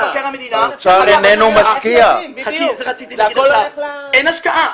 אין השקעה.